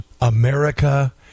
America